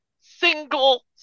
single